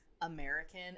American